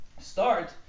Start